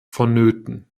vonnöten